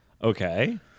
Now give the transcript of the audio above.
Okay